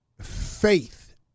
Faith